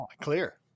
clear